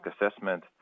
assessment